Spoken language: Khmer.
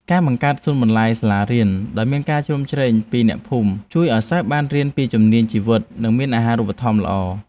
ការបង្កើតសួនបន្លែសាលារៀនដោយមានការជួយជ្រោមជ្រែងពីអ្នកភូមិ ជួយឱ្យសិស្សបានរៀនពីជំនាញជីវិតនិងមានអាហារូបត្ថម្ភល្អ។